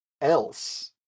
else